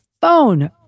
phone